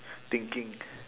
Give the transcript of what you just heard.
thinking